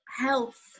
Health